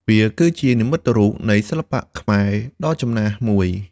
វាគឺជានិមិត្តរូបនៃសិល្បៈខ្មែរដ៏ចំណាស់មួយ។